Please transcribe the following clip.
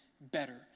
better